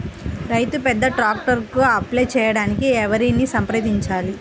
రైతు పెద్ద ట్రాక్టర్కు అప్లై చేయడానికి ఎవరిని సంప్రదించాలి?